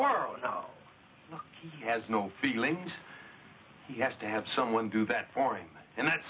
world he has no feeling he has to have someone do that for him and that